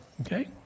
okay